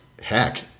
heck